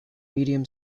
medium